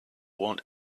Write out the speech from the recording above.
want